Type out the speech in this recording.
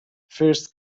first